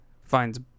finds